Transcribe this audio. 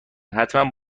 حتمن